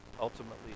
ultimately